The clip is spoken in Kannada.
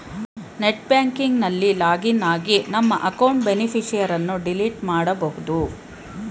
ನೆಟ್ ಬ್ಯಾಂಕಿಂಗ್ ನಲ್ಲಿ ಲಾಗಿನ್ ಆಗಿ ನಮ್ಮ ಅಕೌಂಟ್ ಬೇನಿಫಿಷರಿಯನ್ನು ಡಿಲೀಟ್ ಮಾಡಬೋದು